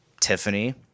tiffany